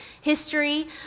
history